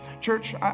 Church